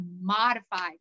modified